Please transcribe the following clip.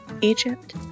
Egypt